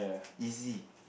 easy